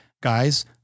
guys